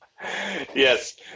yes